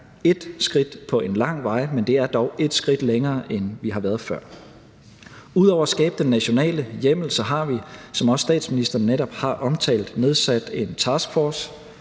det er ét skridt på en lang vej, men det er dog et skridt længere, end vi har været før. Ud over at skabe den nationale hjemmel har vi, som også statsministeren netop har omtalt, nedsat en taskforce.